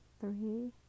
three